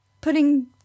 putting